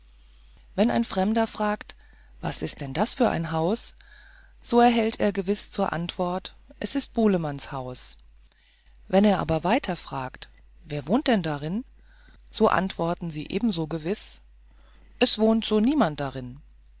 wenn ein fremder fragt was ist denn das für ein haus so erhält er gewiß zur antwort es ist bulemanns haus wenn er aber weiter fragt wer wohnt denn darin so antworten sie ebenso gewiß es wohnt so niemand darin